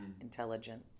intelligent